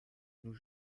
nos